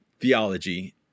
theology